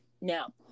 Now